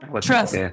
Trust